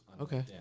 Okay